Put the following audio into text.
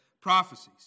prophecies